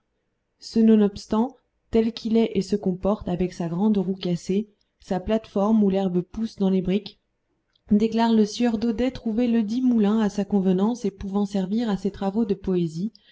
ce nonobstant tel qu'il est et se comporte avec sa grande roue cassée sa plate-forme où l'herbe pousse dans les briques déclare le sieur daudet trouver ledit moulin à sa convenance et pouvant servir à ses travaux de poésie